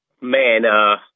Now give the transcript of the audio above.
Man